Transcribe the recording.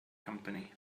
company